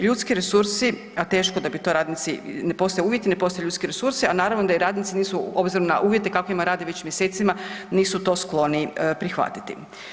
Ljudski resursi, a teško da bi to radnici, ne postoje uvjeti, ne postoje ljudski resursi, a naravno da i radnici nisu, obzirom na uvjete kakvima rade već mjesecima, nisu to skloni prihvatiti.